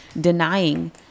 denying